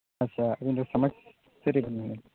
ᱟᱪᱪᱷᱟ ᱟᱵᱮᱱ ᱫᱚ ᱥᱚᱢᱟᱡᱽ ᱥᱩᱥᱟᱹᱨᱤᱭᱟᱹ ᱠᱟᱱᱟ ᱵᱮᱱ